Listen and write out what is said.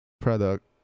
product